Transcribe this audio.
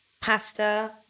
pasta